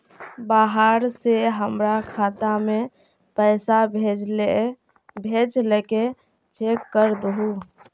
बाहर से हमरा खाता में पैसा भेजलके चेक कर दहु?